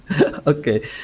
Okay